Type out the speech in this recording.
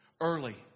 early